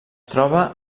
troba